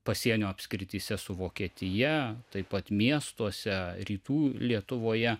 pasienio apskrityse su vokietija taip pat miestuose rytų lietuvoje